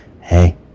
hey